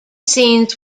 scenes